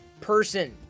person